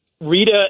Rita